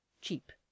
cheap